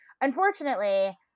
unfortunately